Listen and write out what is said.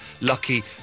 lucky